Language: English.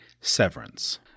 Severance